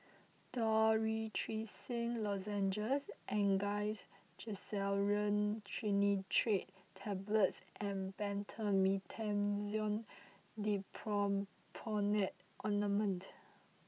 Dorithricin Lozenges Angised Glyceryl Trinitrate Tablets and Betamethasone Dipropionate Ointment